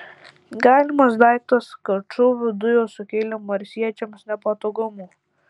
galimas daiktas kad šūvių dujos sukėlė marsiečiams nepatogumų